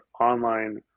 online